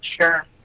Sure